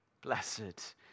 Blessed